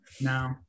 No